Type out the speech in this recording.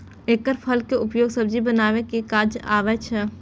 एकर फल के उपयोग सब्जी बनबै के काज आबै छै